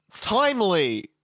Timely